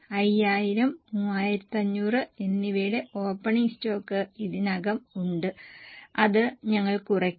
5000 3500 എന്നിവയുടെ opening stock ഇതിനകം ഉണ്ട് അത് ഞങ്ങൾ കുറയ്ക്കും